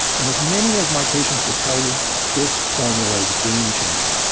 and as many as my patients will tell you this formula is a game changer.